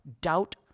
Doubt